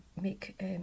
make